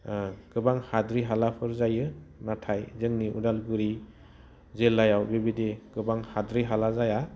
गोबां हाद्रि हालाफोर जायो नाथाय जोंनि उदालगुरि जिल्लायाव बिबायदि गोबां हाद्रि हाला जाया